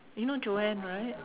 you know Joanne right